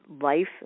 life